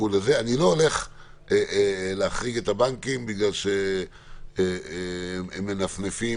אני לא הולך להחריג את הבנקים בגלל שהם מנפנפים